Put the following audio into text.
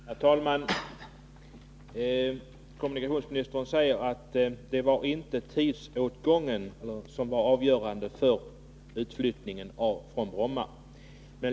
Herr talman! Kommunikationsministern säger att det inte var tidsåtgången som var avgörande för utflyttningen från Bromma.